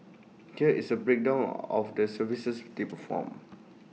here is A breakdown of the services they perform